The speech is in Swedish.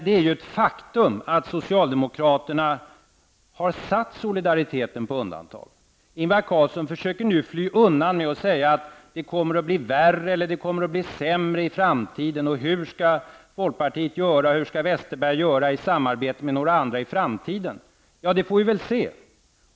Det är dock ett faktum att socialdemokraterna har satt solidariteten på undantag. Ingvar Carlsson försöker nu fly undan genom att säga att det kommer att bli sämre i framtiden, och han frågar sig hur folkpartiet och Bengt Westerberg skall göra i samarbete med andra i framtiden. Det får vi väl se.